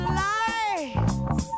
lights